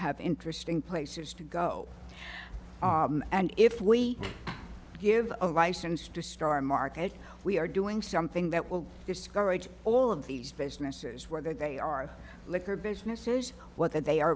have interesting places to go and if we give a wry sense to star market we are doing something that will discourage all of these businesses where they are liquor businesses what they are